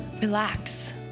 relax